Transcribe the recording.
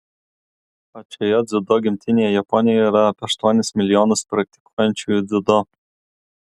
pačioje dziudo gimtinėje japonijoje yra apie aštuonis milijonus praktikuojančiųjų dziudo